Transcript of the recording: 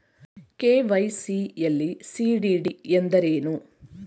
KYC ಯಲ್ಲಿ CDD ಎಂದರೇನು?